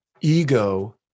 ego